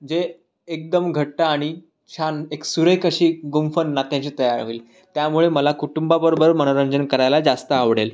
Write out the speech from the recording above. जे एकदम घट्ट आणि छान एक सुरेख अशी गुंफण नात्याची तयार होईल त्यामुळे मला कुटुंबाबरोबर मनोरंजन करायला जास्त आवडेल